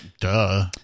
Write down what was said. Duh